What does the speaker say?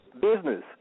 business